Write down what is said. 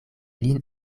lin